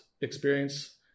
experience